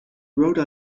rhoda